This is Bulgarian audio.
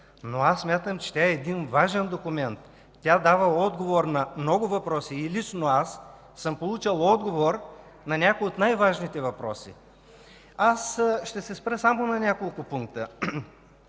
Но смятам, че е важен документ, тя дава отговор на много въпроси. Лично аз съм получил отговор на някои от най-важните въпроси. Ще се спра само на няколко пункта.